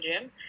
gym